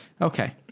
Okay